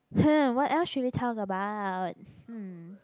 what else should we talk about hmm